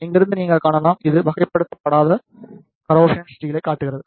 இங்கிருந்து நீங்கள் காணலாம் இது வகைப்படுத்தப்படாத கரோசன் ஸ்டீலை காட்டுகிறது